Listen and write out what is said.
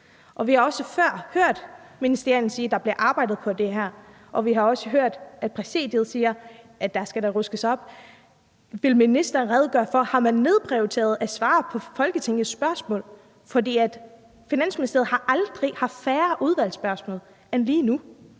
Vi har også før hørt ministerierne sige, at der bliver arbejdet på det her, og vi har også hørt Præsidiet sige, at der da skal ruskes op i det. Vil ministeren redegøre for, om man har nedprioriteret at svare på Folketingets spørgsmål? Finansministeriet har aldrig haft færre udvalgsspørgsmål end lige nu.